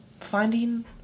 finding